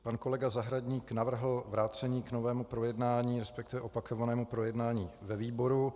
Pan kolega Zahradník navrhl vrácení k novému projednání, respektive opakovanému projednání ve výboru.